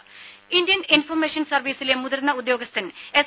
രുര Indian information സർവ്വീസിലെ മുതിർന്ന ഉദ്യോഗസ്ഥൻ എസ്